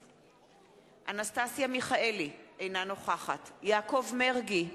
אנסטסיה מיכאלי, אינה נוכחת יעקב מרגי,